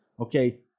okay